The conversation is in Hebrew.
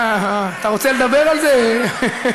הומופוביה, אתה רוצה לדבר על זה, אמיר?